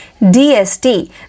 DST